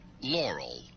Laurel